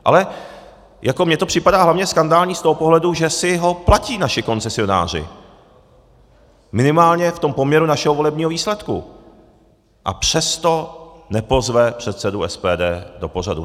Ale jako mně to připadá hlavně skandální z toho pohledu, že si ho platí naši koncesionáři, minimálně v tom poměru našeho volebního výsledku, a přesto nepozve předsedu SPD do pořadu.